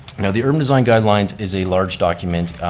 now the urban design guidelines is a large document.